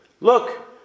Look